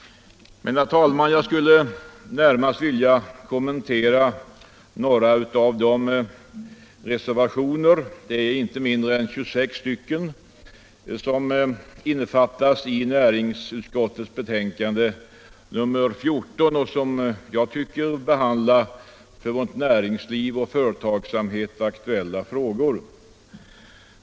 Men, herr talman, jag skulle närmast vilja kommentera några av de reservationer — inte mindre än 26 stycken —- som fogats till näringsutskottets betänkande nr 14 och som jag tycker behandlar för vårt näringsliv och vår företagsamhet aktuella frågor.